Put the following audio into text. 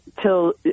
till